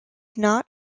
not